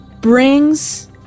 brings